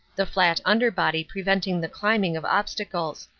the flat under body preventing the climbing of obstacles.